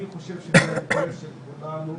אני חושב שזה דורש מכולנו